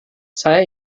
saya